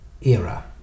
era